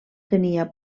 tenia